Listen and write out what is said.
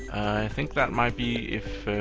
i think that might be, if